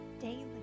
daily